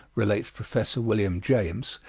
relates professor william james,